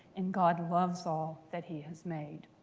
and god loves all that he has made.